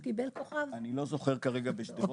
אני לא זוכר כרגע בשדרות,